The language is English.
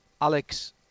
Alex